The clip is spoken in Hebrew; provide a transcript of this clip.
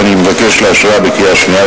והוא קביעת חובה למנות דירקטור אחד בכל